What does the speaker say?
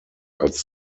als